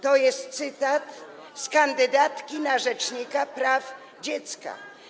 To jest cytat z kandydatki na rzecznika praw dziecka.